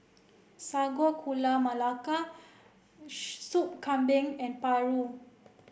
Sago Gula Melaka Sup Kambing and Paru